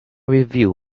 review